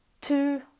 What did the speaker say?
Two